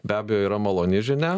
be abejo yra maloni žinia